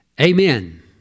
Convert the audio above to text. Amen